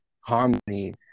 harmony